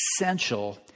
essential